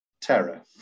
terror